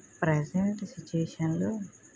present స్విచువేషన్లో